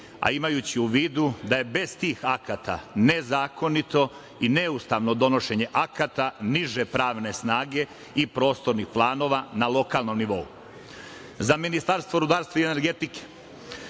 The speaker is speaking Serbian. a imajući u vidu da je bez tih akata nezakonito i neustavno donošenje akata niže pravne snage i prostornih planova na lokalnom nivou? Za Ministarstvo rudarstva i energetike,